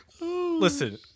Listen